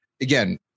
again